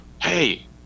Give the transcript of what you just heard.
hey